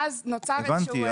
אז נוצר איזשהו --- הבנתי.